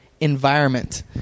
environment